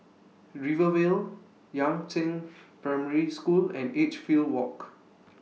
Rivervale Yangzheng Primary School and Edgefield Walk